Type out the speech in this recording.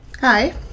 Hi